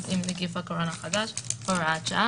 עם נגיף הקורונה החדש (הוראת שעה),